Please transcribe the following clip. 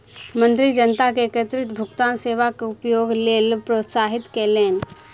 मंत्री जनता के एकीकृत भुगतान सेवा के उपयोगक लेल प्रोत्साहित कयलैन